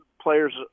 players